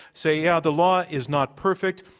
say, yeah, the law is not perfect,